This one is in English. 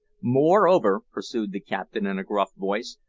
moreover, pursued the captain, in a gruff voice,